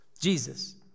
Jesus